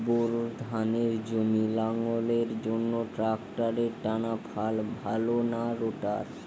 Bore ধানের জমি লাঙ্গলের জন্য ট্রাকটারের টানাফাল ভালো না রোটার?